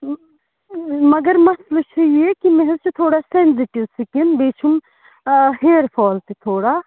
مَگَر مَسلہٕ چھُ یہِ کہِ مےٚ حظ چھِ تھوڑا سیٚنزِٹیٛوٗ سِکن بیٚیہِ چھُم آ ہیٚر فال تہِ تھوڑا